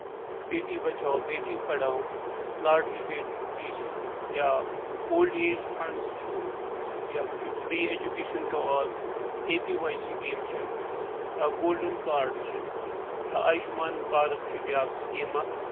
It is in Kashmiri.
بیٹی بَچاو بیٹی پَڑاو لاڈلی بیٹی چھُ یا اولڈ ایج فَنڈٕس چھُ یا free education to all A P Y scheme چھِ اَوا گولڈن گارڈ چھُ یا ایُشمان بھارت چھُ بیاکھ سِکیٖم اکھ